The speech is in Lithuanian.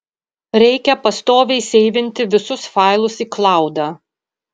reikia pastoviai seivinti visus failus į klaudą